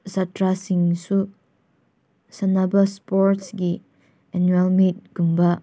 ꯁꯥꯇ꯭ꯔꯁꯤꯡꯁꯨ ꯁꯥꯟꯅꯕ ꯏꯁꯄꯣꯔꯠꯁꯀꯤ ꯑꯦꯅ꯭ꯌꯨꯑꯦꯜ ꯃꯤꯠꯀꯨꯝꯕ